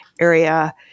area